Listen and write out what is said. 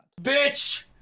Bitch